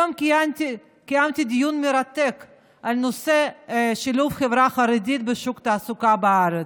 היום קיימתי דיון מרתק בנושא שילוב החברה החרדית בשוק התעסוקה בארץ,